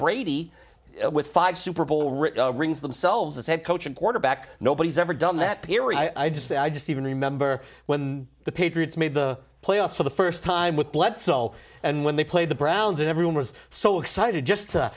brady with five super bowl ring rings themselves as head coach and quarterback nobody's ever done that period i just i just even remember when the patriots made the playoffs for the first time with bledsoe and when they played the browns and everyone was so excited just to